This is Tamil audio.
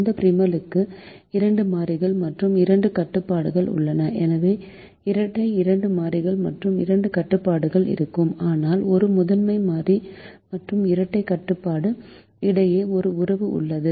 இந்த ப்ரிமலுக்கு இரண்டு மாறிகள் மற்றும் இரண்டு கட்டுப்பாடுகள் உள்ளன எனவே இரட்டை இரண்டு மாறிகள் மற்றும் இரண்டு கட்டுப்பாடுகள் இருக்கும் ஆனால் ஒரு முதன்மை மாறி மற்றும் இரட்டைக் கட்டுப்பாடு இடையே ஒரு உறவு உள்ளது